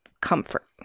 comfort